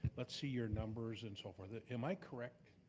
let's see your numbers, and so forth. am i correct,